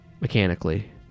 Mechanically